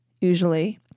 usually